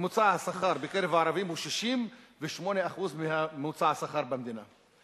ממוצע השכר בקרב הערבים הוא 68% מממוצע השכר במדינה.